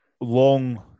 long